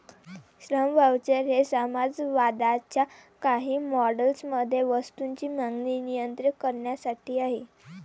श्रम व्हाउचर हे समाजवादाच्या काही मॉडेल्स मध्ये वस्तूंची मागणी नियंत्रित करण्यासाठी आहेत